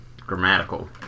grammatical